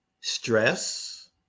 stress